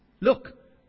Look